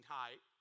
height